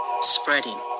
spreading